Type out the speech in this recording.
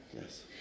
Yes